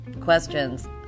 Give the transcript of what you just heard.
questions